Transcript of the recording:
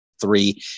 three